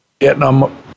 Vietnam